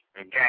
Okay